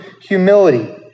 humility